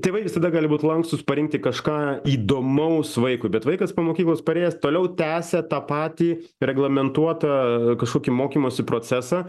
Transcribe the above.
tėvai visada gali būti lankstūs parinkti kažką įdomaus vaikui bet vaikas po mokyklos parėjęs toliau tęsia tą patį reglamentuotą kažkokį mokymosi procesą